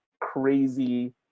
crazy